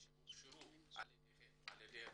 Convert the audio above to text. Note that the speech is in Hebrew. שהוכשרו אצלכם כבר עובדים.